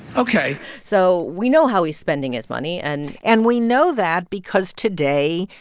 ok so we know how he's spending his money and. and we know that because today,